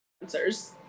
answers